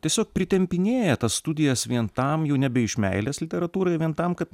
tiesiog pritempinėja tas studijas vien tam jau nebe iš meilės literatūrai vien tam kad